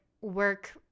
work